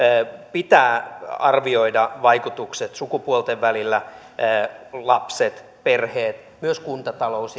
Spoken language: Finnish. pitää arvioida vaikutukset sukupuolten välillä lapset perheet myös kuntatalous